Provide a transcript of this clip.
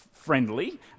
friendly